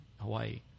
hawaii